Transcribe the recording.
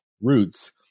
roots